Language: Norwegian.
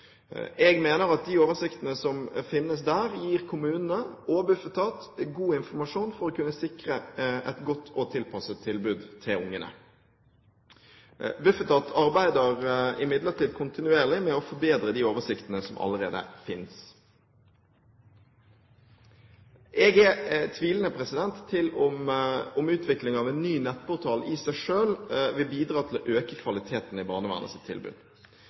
Jeg mener at de oversiktene som finnes der, gir kommunene og Bufetat god informasjon for å kunne sikre et godt og tilpasset tilbud til barna. Bufetat arbeider imidlertid kontinuerlig med å forbedre de oversiktene som allerede finnes. Jeg er tvilende til om utvikling av en ny nettportal i seg selv vil bidra til å øke kvaliteten i barnevernets tilbud.